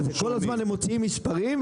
כל הזמן הם מוציאים מספרים.